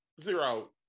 zero